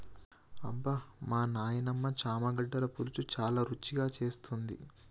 అబ్బమా నాయినమ్మ చామగడ్డల పులుసు చాలా రుచిగా చేస్తుంది